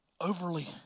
overly